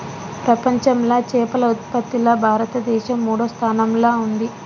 ప్రపంచంలా చేపల ఉత్పత్తిలా భారతదేశం మూడో స్థానంలా ఉంది